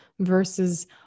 Versus